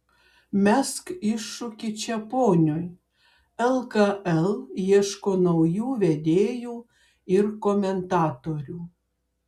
mesk iššūkį čeponiui lkl ieško naujų vedėjų ir komentatorių